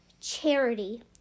charity